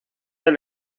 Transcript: del